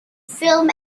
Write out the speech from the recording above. film